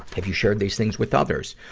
have you shared these things with others?